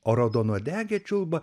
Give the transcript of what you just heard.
o raudonuodegė čiulba